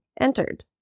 entered